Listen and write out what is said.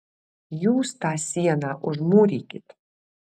jūs tą sieną užmūrykit